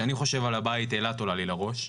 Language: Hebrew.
כשאני חושב על הבית, אילת עולה לי לראש.